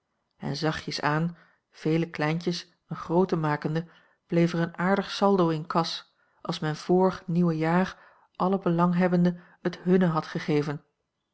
en zachtjes aan vele kleintjes een groote makende bleef er een aardig saldo in kas als men vr nieuwe jaar allen belanghebbenden het hunne had gegeven